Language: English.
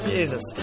Jesus